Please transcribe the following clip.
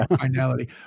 finality